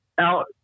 out